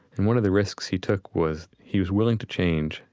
and one of the risks he took was he was willing to change,